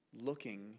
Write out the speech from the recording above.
looking